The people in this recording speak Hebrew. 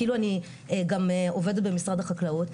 כאילו אני גם עובדת במשרד החקלאות.